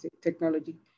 technology